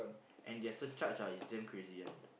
and their surcharge ah is damn crazy [one]